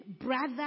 brother